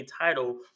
title